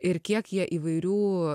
ir kiek jie įvairių